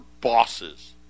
bosses